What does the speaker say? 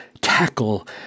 tackle